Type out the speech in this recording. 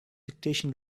dictation